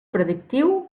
predictiu